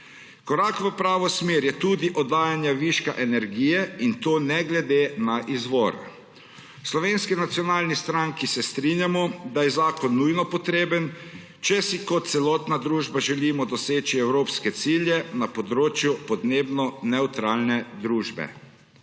Korak v pravo smer je tudi oddajanje viška energije in to ne glede na izvor. V Slovenski nacionalni stranki se strinjamo, da je zakon nujno potreben, če si kot celotna družba želimo doseči evropske cilje na področju podnebno nevtralne družbe.